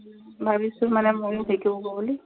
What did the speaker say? ভাবিছোঁ মানে ময়ো শিকোঁগৈ বুলি